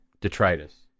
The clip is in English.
detritus